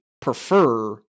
prefer